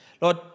Lord